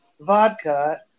vodka